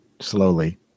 slowly